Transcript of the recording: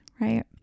right